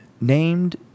named